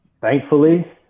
thankfully